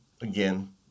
Again